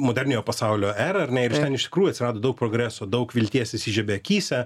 moderniojo pasaulio erą ar ne ir ten iš tikrųjų atsirado daug progreso daug vilties įsižiebė akyse